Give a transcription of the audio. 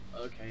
Okay